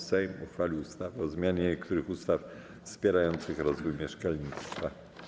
Sejm uchwalił ustawę o zmianie niektórych ustaw wspierających rozwój mieszkalnictwa.